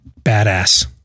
badass